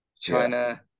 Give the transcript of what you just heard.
China